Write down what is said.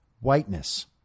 whiteness